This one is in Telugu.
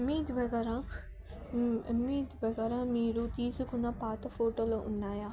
మీ ద్వారా మీ ద్వారా మీరు తీసుకున్న పాత ఫోటోలు ఉన్నాయా